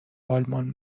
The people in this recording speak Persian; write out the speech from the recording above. آلمان